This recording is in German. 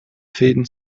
fäden